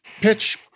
pitch